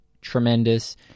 tremendous